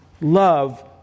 love